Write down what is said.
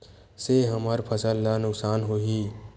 से हमर फसल ला नुकसान होही?